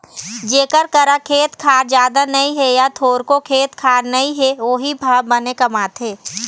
जेखर करा खेत खार जादा नइ हे य थोरको खेत खार नइ हे वोही ह बनी कमाथे